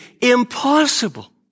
impossible